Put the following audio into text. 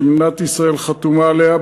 שמדינת ישראל חתומה עליה,